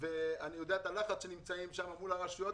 ואני יודע את הלחץ שנמצאים בו מול הרשויות.